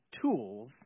tools